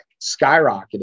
skyrocketed